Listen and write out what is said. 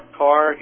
car